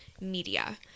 media